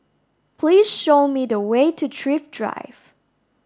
please show me the way to Thrift Drive